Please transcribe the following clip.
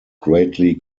greatly